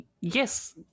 Yes